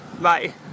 bye